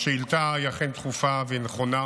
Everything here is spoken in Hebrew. השאילתה היא אכן דחופה והיא נכונה